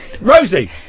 Rosie